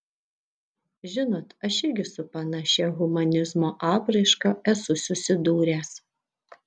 žinot aš irgi su panašia humanizmo apraiška esu susidūręs